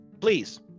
please